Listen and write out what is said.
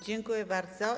Dziękuję bardzo.